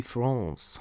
France